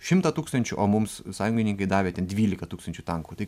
šimtą tūkstančių o mums sąjungininkai davė ten dvylika tūkstančių tankų tai